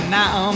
now